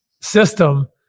system